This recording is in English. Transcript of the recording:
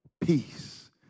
peace